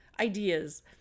ideas